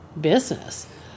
business